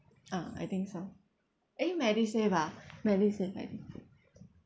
ah I think so eh medisave ah medisave medisave